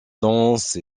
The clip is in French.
danse